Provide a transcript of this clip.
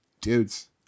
dudes